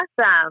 awesome